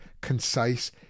concise